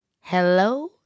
Hello